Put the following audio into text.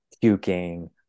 puking